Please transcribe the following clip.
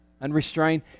Unrestrained